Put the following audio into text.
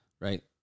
right